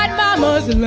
um mama's and